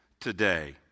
today